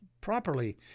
properly